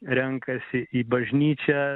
renkasi į bažnyčią